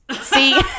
See